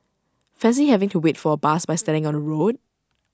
fancy having to wait for A bus by standing on the road